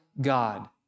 God